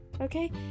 Okay